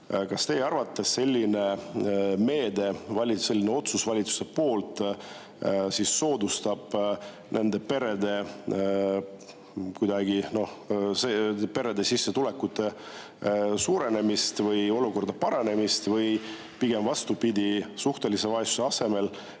Kas teie arvates selline meede, selline otsus valitsuse poolt kuidagi soodustab nende perede sissetulekute suurenemist ja olukorra paranemist või pigem vastupidi, suhtelise vaesuse asemel